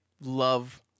love